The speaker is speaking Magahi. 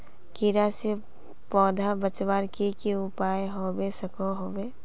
कीड़ा से पौधा बचवार की की उपाय होबे सकोहो होबे?